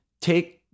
take